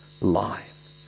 life